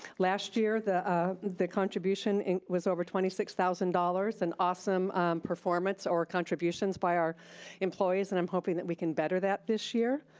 last year the ah the contribution was over twenty six thousand dollars, an awesome performance or contributions by our employees and i'm hoping we can better that this year,